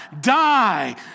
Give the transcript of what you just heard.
die